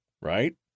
Right